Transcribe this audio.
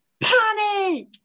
panic